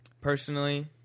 personally